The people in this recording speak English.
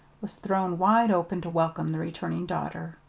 was thrown wide open to welcome the returning daughter.